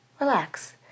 relax